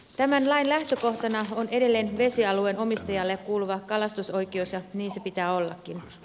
tämän lain lähtökohtana on edelleen vesialueen omistajalle kuuluva kalastusoikeus ja niin sen pitää ollakin